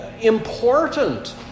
important